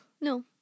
No